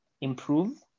improve